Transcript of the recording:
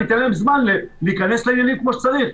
ניתן להם זמן להיכנס לעניינים כמו שצריך.